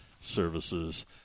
Services